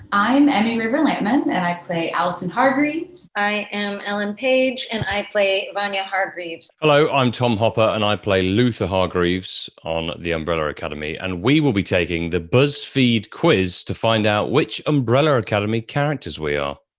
i'm emmy raver-lampman and i play alison hargreaves. i am ellen page and i play vanya hargreaves. hello, i'm tom hopper and i play luther hargreaves on the umbrella academy and we will be taking the buzzfeed quiz to find out which umbrella academy characters we are.